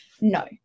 No